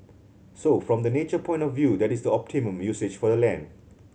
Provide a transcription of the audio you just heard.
so from the nature point of view that is the optimum usage for the land